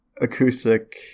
acoustic